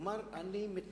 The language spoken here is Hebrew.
אפילו במסיבת עיתונאים,